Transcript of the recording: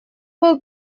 был